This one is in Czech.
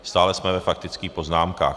Stále jsme ve faktických poznámkách.